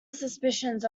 suspicions